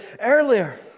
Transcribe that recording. earlier